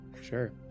Sure